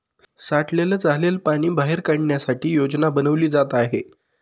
साठलेलं झालेल पाणी बाहेर काढण्यासाठी योजना बनवली जात आहे